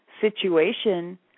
situation